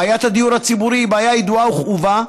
בעיית הדיור הציבורי היא בעיה ידועה וכאובה.